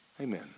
Amen